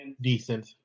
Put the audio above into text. decent